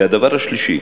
והדבר השלישי,